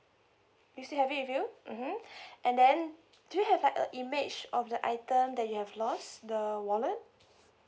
you still have it with you mmhmm and then do you have like a image of the item that you have lost the wallet